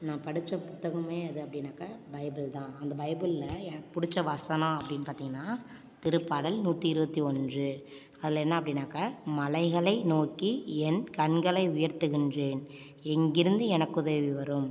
நான் படித்த புத்தகமே அது அப்படினாக்கா பைபிள் தான் அந்த பைபிளில் எனக்கு பிடிச்ச வசனம் அப்படின்னு பார்த்திங்ன்னா திருப்பாடல் நூற்றி இருபத்தி ஒன்று அதில் என்ன அப்படினாக்கா மலைகளை நோக்கி என் கண்களை உயர்த்துகின்றேன் எங்கேருந்து எனக்கு உதவி வரும்